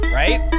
right